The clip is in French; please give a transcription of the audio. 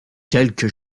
quelque